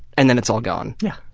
and then it's all gone. yeah.